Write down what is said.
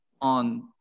on